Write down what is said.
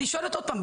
אני שואלת עוד פעם,